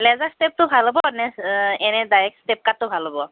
laser ষ্টেপটো ভাল হ'ব নে এনেই ডাৰেক্ট ষ্টেপ কাটটো ভাল হ'ব